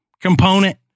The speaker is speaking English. component